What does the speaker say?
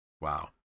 Wow